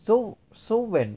so so when